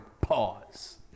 Pause